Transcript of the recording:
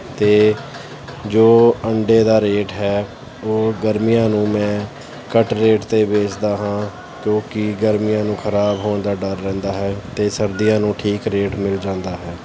ਅਤੇ ਜੋ ਅੰਡੇ ਦਾ ਰੇਟ ਹੈ ਉਹ ਗਰਮੀਆਂ ਨੂੰ ਮੈਂ ਘੱਟ ਰੇਟ 'ਤੇ ਵੇਚਦਾ ਹਾਂ ਕਿਉਂਕਿ ਗਰਮੀਆਂ ਨੂੰ ਖਰਾਬ ਹੋਣ ਦਾ ਡਰ ਰਹਿੰਦਾ ਹੈ ਅਤੇ ਸਰਦੀਆਂ ਨੂੰ ਠੀਕ ਰੇਟ ਮਿਲ ਜਾਂਦਾ ਹੈ